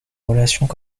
relations